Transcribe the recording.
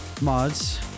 mods